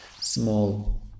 small